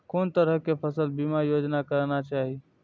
कोन तरह के फसल बीमा योजना कराना चाही?